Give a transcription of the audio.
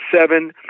seven